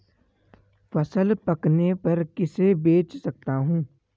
फसल पकने पर किसे बेच सकता हूँ?